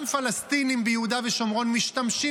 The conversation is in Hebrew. גם פלסטינים ביהודה ושומרון משתמשים